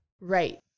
Right